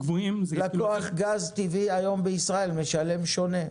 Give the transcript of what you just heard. לקוח גז טבעי היום בישראל משלם שונה,